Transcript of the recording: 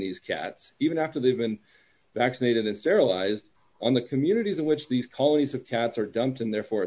these cats even after they've been vaccinated and sterilized on the communities in which these qualities of cats are dunked and therefore